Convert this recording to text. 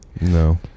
no